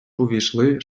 увійшли